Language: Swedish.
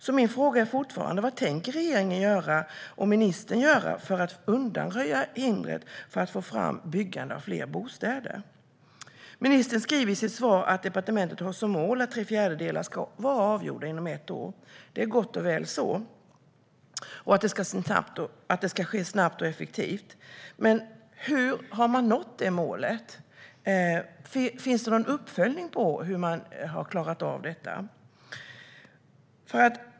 Så min fråga är fortfarande: Vad tänker regeringen och ministern göra för att undanröja hindren för att få fram byggande av fler bostäder? Ministern skriver i sitt svar att departementet har som mål att tre fjärdedelar av ärendena ska vara avgjorda inom ett år, och att det ska ske snabbt och effektivt. Det är gott och väl så, men har man nått det målet? Finns det någon uppföljning av hur man har klarat av detta?